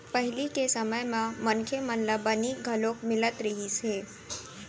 पहिली के समे म मनखे मन ल बनी घलोक मिलत रहिस हे